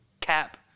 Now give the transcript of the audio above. Cap